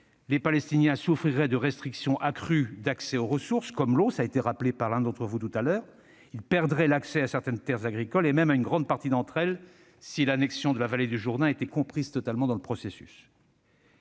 les Palestiniens souffriraient de restrictions accrues d'accès aux ressources, comme l'eau, cela a été rappelé par l'un d'entre vous. Ils perdraient l'accès à certaines terres agricoles et même à une grande partie d'entre elles si l'annexion de la vallée du Jourdain était comprise totalement dans le processus.